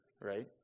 right